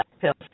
pills